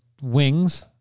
Wings